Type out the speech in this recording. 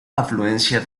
afluencia